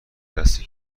دستی